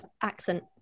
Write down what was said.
accent